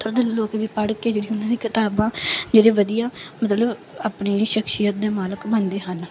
ਅਤੇ ਪੱਥਰ ਦਿਲ ਲੋਕ ਵੀ ਪੜ੍ਹ ਕੇ ਜਿਹੜੀ ਉਹਨਾਂ ਦੀ ਕਿਤਾਬਾਂ ਜਿਹੜੀਆਂ ਵਧੀਆ ਮਤਲਬ ਆਪਣੀ ਸ਼ਖਸ਼ੀਅਤ ਦੇ ਮਾਲਕ ਬਣਦੇ ਹਨ